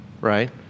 right